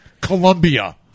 Colombia